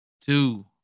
two